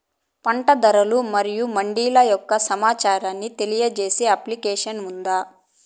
పంట ధరలు మరియు మండీల యొక్క సమాచారాన్ని తెలియజేసే అప్లికేషన్ ఉందా?